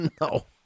No